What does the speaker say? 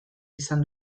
izan